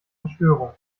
verstörung